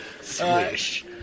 Swish